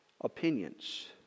Opinions